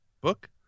book